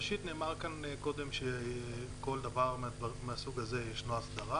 ראשית נאמר כאן קודם שבכל דבר מהסוג הזה יש הסדרה